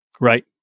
Right